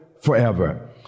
forever